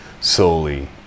solely